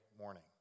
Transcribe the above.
morning